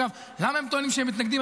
אגב, למה הם טוענים שהם מתנגדים?